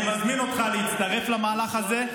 אני מזמין אותך להצטרף למהלך הזה,